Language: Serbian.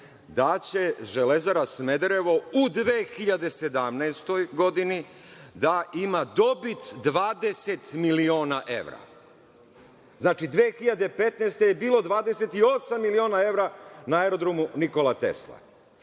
da će Železara Smederevo u 2017. godini da ima dobit 20 miliona evra. Znači, 2015. godine je bilo 28 miliona evra na Aerodromu Nikola Tesla. Mislim